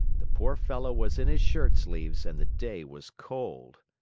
the poor fellow was in his shirt sleeves and the day was cold.